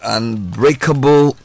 Unbreakable